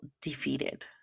defeated